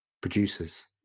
producers